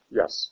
yes